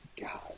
God